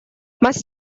must